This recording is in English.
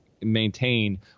maintain